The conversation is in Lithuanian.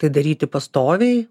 tai daryti pastoviai